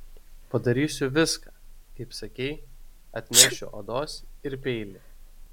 padarysiu viską kaip sakei atnešiu odos ir peilį